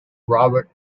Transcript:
robert